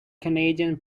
canadian